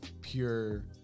pure